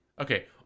Okay